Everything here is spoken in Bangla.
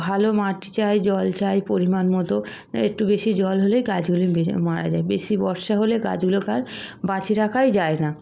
ভালো মাটি চাই জল চাই পরিমাণ মতো একটু বেশি জল হলেই গাছগুলো মারা যায় বেশি বর্ষা হলে গাছগুলোকে আর বাঁচিয়ে রাখাই যায় না